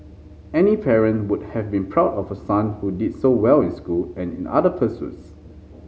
any parent would have been proud of a son who did so well in school and in other pursuits